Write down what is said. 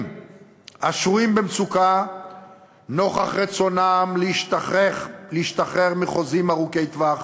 השרויים במצוקה נוכח רצונם להשתחרר מחוזים ארוכי טווח